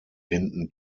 hinten